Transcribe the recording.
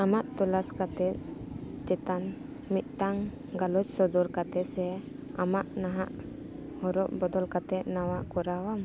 ᱟᱢᱟᱜ ᱛᱚᱞᱟᱥ ᱠᱟᱛᱮᱫ ᱪᱮᱛᱟᱱ ᱢᱤᱫᱴᱟᱝ ᱜᱟᱞᱚᱪ ᱥᱚᱫᱚᱨ ᱠᱟᱛᱮᱫ ᱥᱮ ᱟᱢᱟᱜ ᱱᱟᱦᱟᱜ ᱦᱚᱨᱟ ᱵᱚᱫᱚᱞ ᱠᱟᱛᱮᱫ ᱱᱚᱣᱟ ᱠᱚᱨᱟᱣ ᱢᱮ